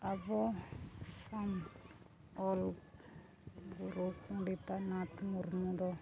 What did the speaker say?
ᱟᱵᱚ ᱠᱷᱚᱱ ᱚᱞ ᱜᱩᱨᱩ ᱯᱚᱱᱰᱤᱛ ᱨᱟᱹᱜᱷᱩᱱᱟᱛ ᱢᱩᱨᱢᱩ ᱫᱚ